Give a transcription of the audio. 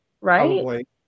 right